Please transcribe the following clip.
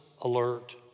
alert